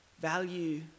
value